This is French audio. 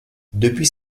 depuis